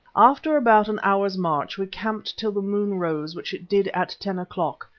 after about an hour's march we camped till the moon rose which it did at ten o'clock,